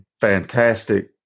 fantastic